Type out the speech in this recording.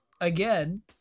again